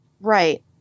right